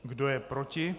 Kdo je proti?